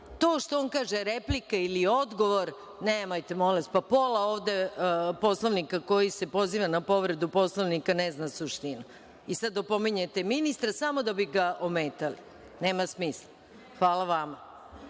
što on kaže – replika ili odgovor, nemojte molim vas. Pa pola ovde poslanika koji se pozivaju na povredu Poslovnika ne znaju suštinu i sada opominjete ministra samo da bi ga ometali. Nema smisla.(Marko